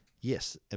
yes